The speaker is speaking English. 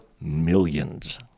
millions